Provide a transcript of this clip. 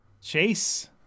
Chase